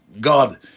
God